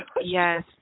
yes